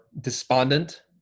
despondent